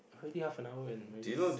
already half an hour and we are just